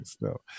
no